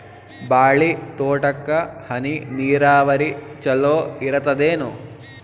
ಬಾಳಿ ತೋಟಕ್ಕ ಹನಿ ನೀರಾವರಿ ಚಲೋ ಇರತದೇನು?